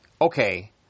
okay